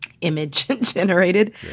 image-generated